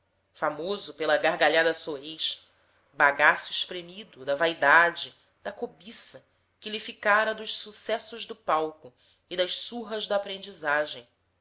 famoso pela gargalhada soez bagaço espremido da vaidade da cobiça que lhe ficara dos sucessos do palco e das surras da aprendizagem